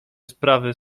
sprawy